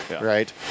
right